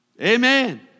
Amen